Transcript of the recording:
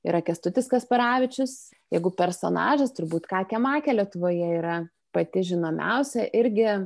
yra kęstutis kasparavičius jeigu personažas turbūt kakė makė lietuvoje yra pati žinomiausia irgi